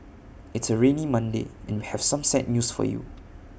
it's A rainy Monday and we have some sad news for you